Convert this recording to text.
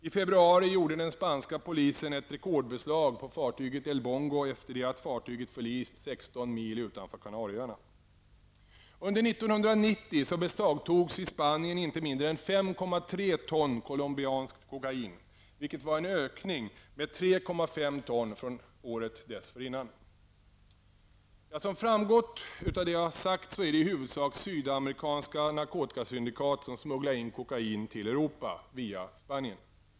I rebruari gjorde den spanska polisen ett rekordbeslag på fartyget El Under 1990 beslagtogs i Spanien inte mindre än 5,3 Som framgått av det jag sagt är det i huvudsak sydamerikanska narkotikasyndikat som smugglar in kokain till Europa via Spanien.